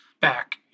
back